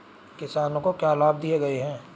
किसानों को क्या लाभ दिए गए हैं?